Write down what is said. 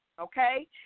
okay